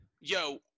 Yo